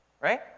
right